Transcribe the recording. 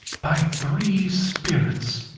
by three spirits.